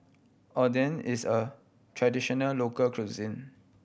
oden is a traditional local cuisine